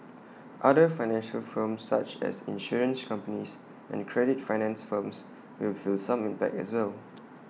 other financial firms such as insurance companies and credit finance firms will feel some impact as well